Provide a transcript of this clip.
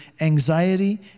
anxiety